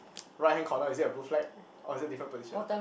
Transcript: right hand corner is it a blue flag or is it different position